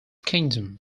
kingdom